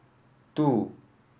two